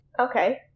Okay